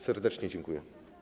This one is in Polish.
Serdecznie dziękuję.